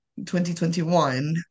2021